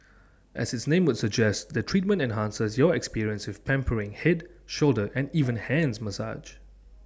as its name would suggest the treatment enhances your experience with pampering Head shoulder and even hands massage